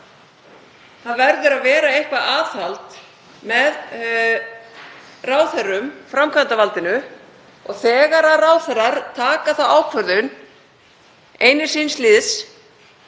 Það verður að vera eitthvert aðhald með ráðherrum, framkvæmdarvaldinu, og þegar ráðherrar taka þá ákvörðun einir síns liðs